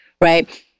right